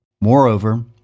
Moreover